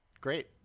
Great